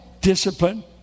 discipline